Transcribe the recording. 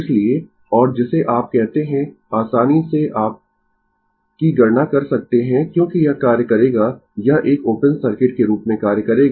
इसलिए और जिसे आप कहते है आसानी से आप I की गणना कर सकते है क्योंकि यह कार्य करेगा यह एक ओपन सर्किट के रूप में कार्य करेगा